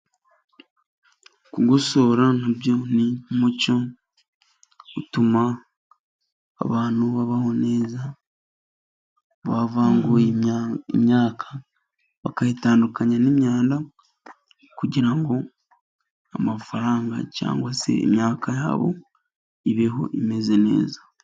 Kugosora na byo ni nk'umucyo utuma abantu babaho neza, bavanguye imyaka bakayitandukanya n'imyanda, kugira ngo amafaranga cyangwa se imyaka yabo ibeho imeze neza.